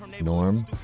norm